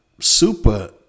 super